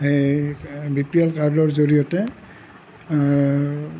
B P L কাৰ্ডৰ জৰিয়তে